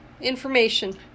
information